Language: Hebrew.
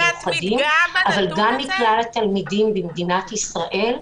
אבל גם מכלל התלמידים במדינת ישראל,